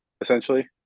essentially